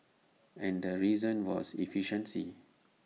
and the reason was efficiency